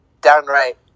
downright